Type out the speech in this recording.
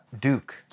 Duke